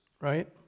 right